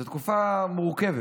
זו תקופה מורכבת.